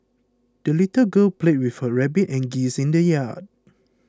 the little girl played with her rabbit and geese in the yard